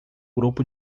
grupo